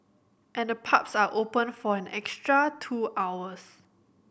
and the pubs are open for an extra two hours